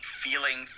feeling